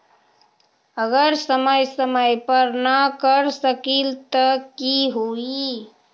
अगर समय समय पर न कर सकील त कि हुई?